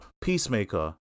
peacemaker